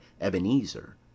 Ebenezer